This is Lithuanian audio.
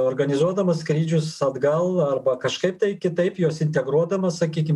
organizuodamas skrydžius atgal arba kažkaip tai kitaip juos integruodamas sakykim